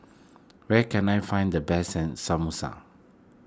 where can I find the best Samosa